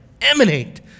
emanate